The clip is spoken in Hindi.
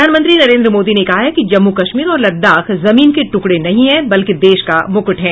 प्रधानमंत्री नरेन्द्र मोदी ने कहा है कि जम्मू कश्मीर और लद्दाख जमीन के टुकड़े नहीं हैं बल्कि देश का मुकूट हैं